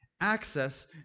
access